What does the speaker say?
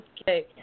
Okay